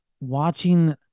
watching